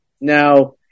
Now